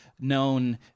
known